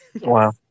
Wow